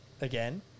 again